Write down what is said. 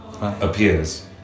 appears